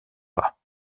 pas